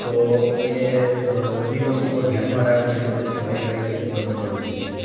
તો એ બધી વસ્તુઓ ધ્યાનમાં રાખી અને પછી બાઇક રાઇડિંગ ઉપર નીકળવું જોઈએ